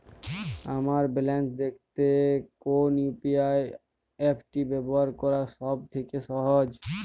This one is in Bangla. আমার ব্যালান্স দেখতে কোন ইউ.পি.আই অ্যাপটি ব্যবহার করা সব থেকে সহজ?